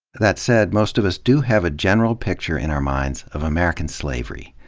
that said, most of us do have a general picture in our minds of american slavery.